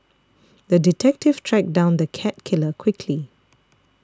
the detective tracked down the cat killer quickly